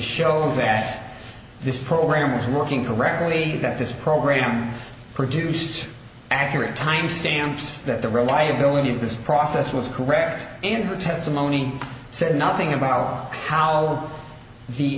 show that this program is working correctly that this program produced accurate timestamps that the reliability of this process was correct in her testimony said nothing about how the